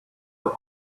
are